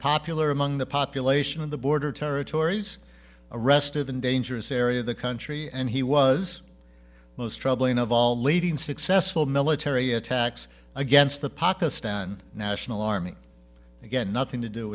popular among the population of the border territories arrested in dangerous area of the country and he was most troubling of all leading successful military attacks against the pakistan national army again nothing to do